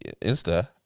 Insta